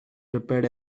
prepared